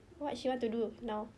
what she want to do now